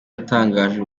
yatangaje